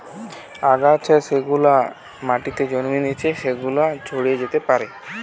আগাছা যেগুলা মাটিতে জন্মাতিচে সেগুলা ছড়িয়ে যেতে পারছে